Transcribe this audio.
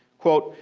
quote,